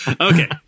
Okay